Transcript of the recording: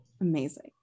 amazing